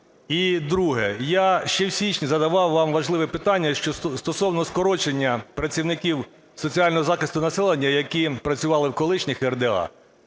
І друге. Я ще в січні задавав вам важливе питання стосовно скорочення працівників соціального захисту населення, які працювали в колишніх РДА,